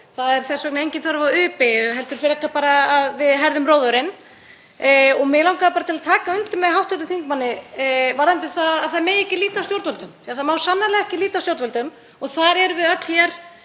Það er þess vegna engin þörf á U-beygju heldur frekar að við herðum róðurinn. Mig langaði bara til að taka undir með hv. þingmanni varðandi það að það megi ekki líta af stjórnvöldum. Það má sannarlega ekki líta af stjórnvöldum og þar erum við öll hér